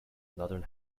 northern